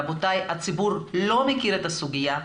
רבותיי, הציבור לא מכיר את הסוגיה,